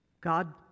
God